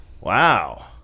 Wow